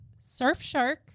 Surfshark